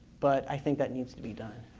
but i think that needs to be done.